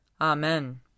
Amen